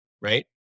right